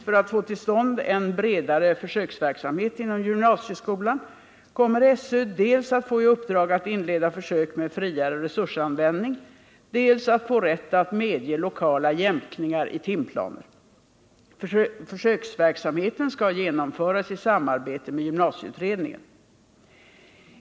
Föratt få till stånd en bredare försöksverksamhet inom gymnasieskolan kommer SÖ dels att få i uppdrag att inleda försök med friare resursanvändning, dels att få rätt att medge lokala jämkningar i timplaner. Försöksverksamheten skall genomföras i samarbete med gymnasieutredningen.